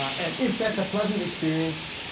and if that's a pleasant experience,